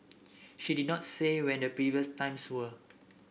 she did not say when the previous times were